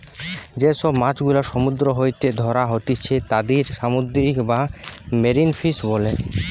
যে সব মাছ গুলা সমুদ্র হইতে ধ্যরা হতিছে তাদির সামুদ্রিক বা মেরিন ফিশ বোলে